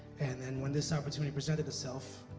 and then, when this opportunity presented itself.